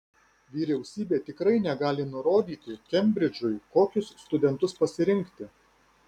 vyriausybė tikrai negali nurodyti kembridžui kokius studentus pasirinkti